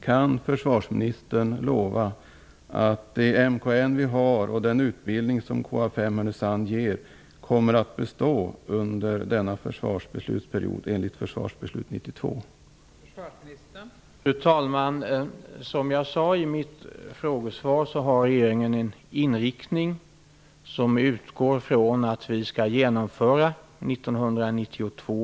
Kan försvarsministern lova att det MKN vi har och den utbildning som kfm Härnösand ger kommer att bestå under denna försvarsbeslutsperiod enligt försvarsbeslut 1992?